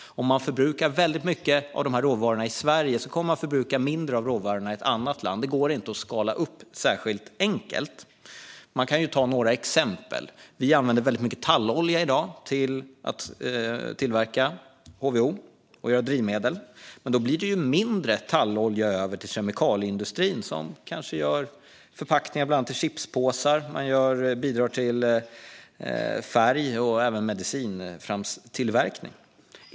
Om man förbrukar väldigt mycket av de här råvarorna i Sverige kommer man att förbruka mindre av dem i andra länder. Det går inte att skala upp särskilt enkelt. Jag kan ta några exempel. Vi använder väldigt mycket tallolja i dag för att tillverka HVO och göra drivmedel. Men då blir det mindre tallolja över till kemikalieindustrin som kanske gör bland annat förpackningar, till exempel chipspåsar. Man bidrar även till färg och medicintillverkning.